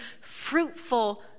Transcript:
fruitful